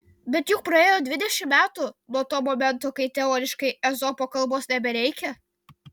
bet juk praėjo dvidešimt metų nuo to momento kai teoriškai ezopo kalbos nebereikia